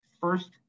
first